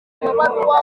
amabaruwa